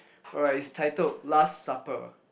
alright it's titled last supper